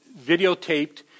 videotaped